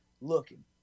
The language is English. looking